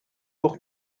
toch